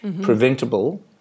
preventable